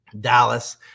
Dallas